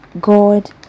God